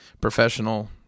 professional